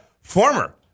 former